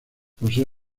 posee